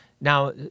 now